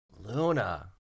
Luna